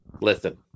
listen